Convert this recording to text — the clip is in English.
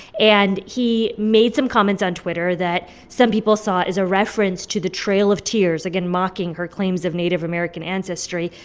and he made some comments on twitter that some people saw as a reference to the trail of tears, again mocking her claims of native american ancestry.